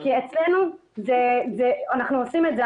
כי אצלנו אנחנו עושים את זה.